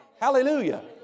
Hallelujah